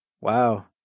Wow